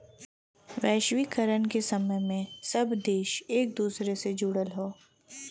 वैश्वीकरण के समय में सब देश एक दूसरे से जुड़ल हौ